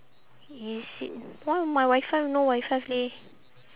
is it why my WiFi no WiFi leh